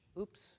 Oops